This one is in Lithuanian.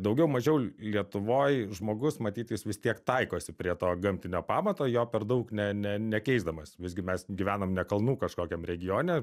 daugiau mažiau lietuvoj žmogus matyt jis vis tiek taikosi prie to gamtinio pamato jo per daug ne ne nekeisdamas visgi mes gyvenam ne kalnų kažkokiam regione